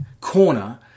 corner